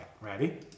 Ready